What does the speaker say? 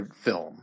film